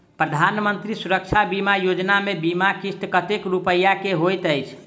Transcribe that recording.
प्रधानमंत्री सुरक्षा बीमा योजना मे बीमा किस्त कतेक रूपया केँ होइत अछि?